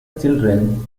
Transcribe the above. children